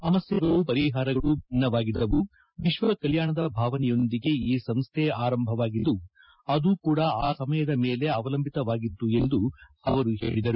ಸಮಸ್ಯೆಗಳು ಪರಿಹಾರಗಳೂ ಭಿನ್ನವಾಗಿದ್ದವು ವಿಶ್ವ ಕಲ್ಯಾಣದ ಭಾವನೆಯೊಂದಿಗೆ ಈ ಸಂಸ್ಠೆ ಆರಂಭವಾಗಿದ್ದು ಅದೂ ಕೂಡ ಆ ಸಮಯದ ಮೇಲೆ ಅವಲಂಬಿತವಾಗಿತ್ತು ಎಂದು ಅವರು ಹೇಳಿದರು